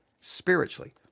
spiritually